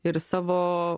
ir savo